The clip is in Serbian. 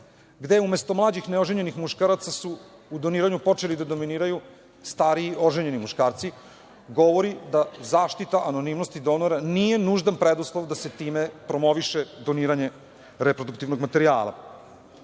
gde su umesto mlađih neoženjenih muškaraca u doniranju počeli da dominiraju stariji oženjeni muškarci, govori da zaštita anonimnosti donora nije nužan preduslov da se time promoviše doniranje reproduktivnog materijala.